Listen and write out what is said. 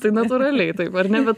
tai natūraliai taip ar ne bet